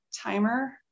timer